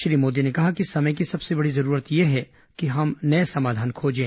श्री मोदी ने कहा कि समय की सबसे बड़ी जरूरत यह है कि हम नये समाधान खोजें